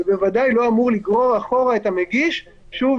ובוודאי הוא לא אמור לגרור אחורה את המגיש שוב